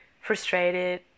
frustrated